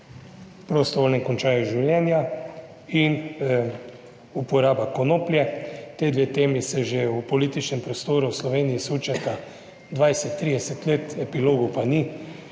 prostovoljnem končanju življenja in uporaba konoplje. Ti dve temi se že v političnem prostoru v Sloveniji sučeta 20, 30 let, epilogov pa ni.